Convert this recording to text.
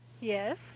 Yes